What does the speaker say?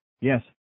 Yes